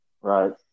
Right